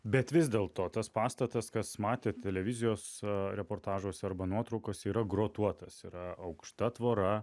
bet vis dėl to tas pastatas kas matė televizijos reportažuose arba nuotraukose yra grotuotas yra aukšta tvora